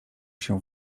się